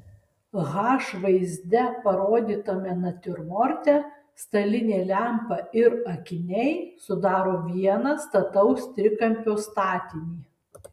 h vaizde parodytame natiurmorte stalinė lempa ir akiniai sudaro vieną stataus trikampio statinį